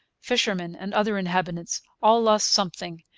fishermen and other inhabitants, all lost something,